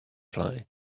dragonfly